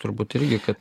turbūt irgi kad